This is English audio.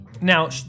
Now